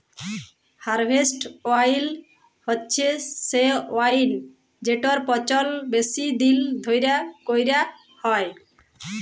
harvest wine হছে সে wine যেটর পচল বেশি দিল ধ্যইরে ক্যইরা হ্যয়